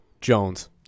Jones